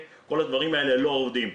כל הדברים האלה לא עובדים.